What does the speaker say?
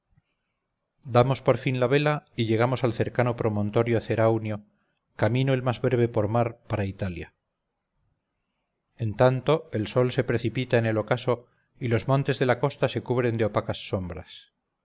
damos por fin la vela y llegamos al cercano promontorio ceraunio camino el más breve por mar para italia en tanto el sol se precipita en el ocaso y los montes de la costa se cubren de opacas sombras